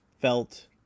felt